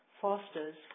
fosters